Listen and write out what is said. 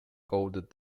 coded